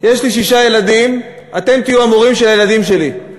יש לי שישה ילדים, אתם תהיו המורים של הילדים שלי.